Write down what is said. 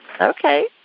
Okay